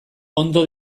ondo